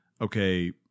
okay